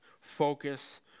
focus